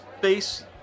base